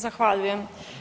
Zahvaljujem.